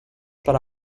para